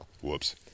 Whoops